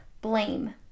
blame